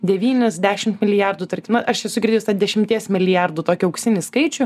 devynis dešimt milijardų nu aš esu girdėjus tą dešimties milijardų tokį auksinį skaičių